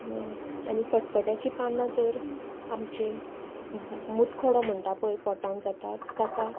आनी फटफट्याचीं पानां तर आमचीं मुतखडो म्हणटा पय पोटान जाता ताका